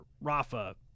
Rafa